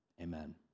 amen